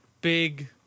big